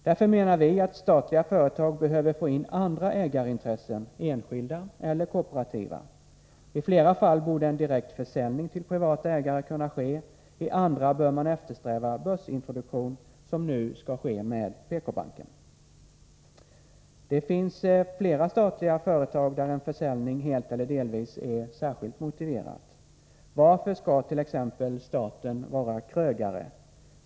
Därför menar vi att statliga företag behöver få in andra ägarintressen, enskilda eller kooperativa. I flera fall borde en direkt försäljning till privata ägare kunna ske, i andra bör man eftersträva en sådan börsintroduktion som nu skall ske beträffande PK-banken. Det finns flera statliga företag där en försäljning, helt eller delvis, är särskilt motiverad. Varför skall t.ex. staten vara krögare?